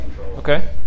Okay